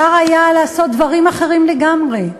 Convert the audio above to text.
אפשר היה לעשות דברים אחרים לגמרי.